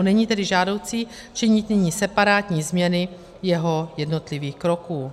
Není tedy žádoucí činit nyní separátní změny jeho jednotlivých kroků.